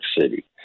city